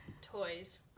toys